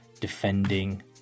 defending